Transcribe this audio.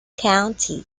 county